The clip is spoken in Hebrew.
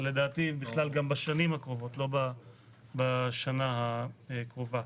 אבל לדעתי גם בשנים הקרובות ולא בשנה הקרובה.